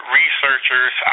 researchers